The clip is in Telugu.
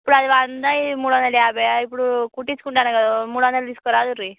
ఇప్పుడు అంది వంద ఇది మూడొందల యాభయ్యా ఇప్పుడు కుట్టించుకుంటాటాం కదా మూడొందలు తీసుకోరాదండి